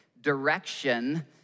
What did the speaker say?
Direction